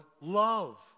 love